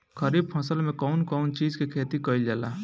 खरीफ फसल मे कउन कउन चीज के खेती कईल जाला?